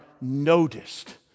noticed